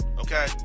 Okay